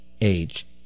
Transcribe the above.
age